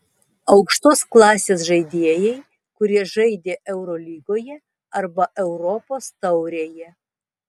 aukštos klasės žaidėjai kurie žaidė eurolygoje arba europos taurėje